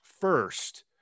first